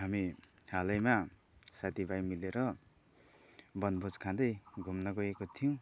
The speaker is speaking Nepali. हामी हालैमा साथी भाइ मिलेर वनभोज खाँदै घुम्न गएको थियौँ